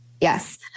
Yes